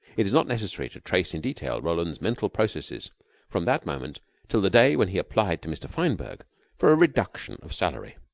it is not necessary to trace in detail roland's mental processes from that moment till the day when he applied to mr. fineberg for a reduction of salary.